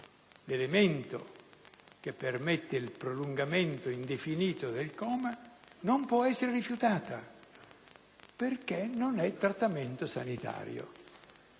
l'elemento che permette il prolungamento indefinito del coma, non può essere rifiutata perché non è trattamento sanitario.